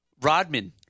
Rodman